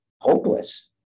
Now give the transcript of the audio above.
hopeless